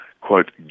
quote